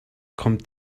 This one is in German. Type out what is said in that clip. kommt